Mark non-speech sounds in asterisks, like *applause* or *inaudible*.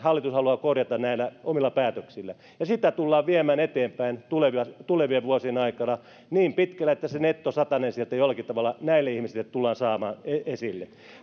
*unintelligible* hallitus haluaa korjata näillä omilla päätöksillään sitä tullaan viemään eteenpäin tulevien vuosien aikana niin pitkälle että se nettosatanen sieltä jollakin tavalla näille ihmisille tullaan saamaan esille